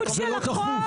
זה לא דחוף.